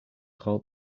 gehad